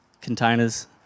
containers